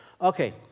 Okay